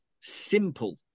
simple